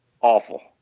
awful